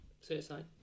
Suicide